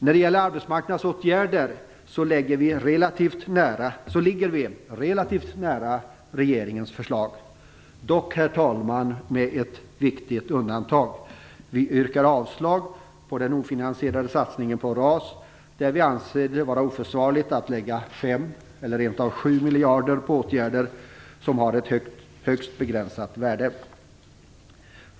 När det gäller arbetsmarknadsåtgärder ligger vi relativt nära regeringens förslag, dock med ett viktigt undantag, herr talman. Vi yrkar avslag på den ofinansierade satsningen på RAS, där vi anser det vara oförsvarligt att lägga 5 eller rent av 7 miljarder på åtgärder som har ett högst begränsat värde.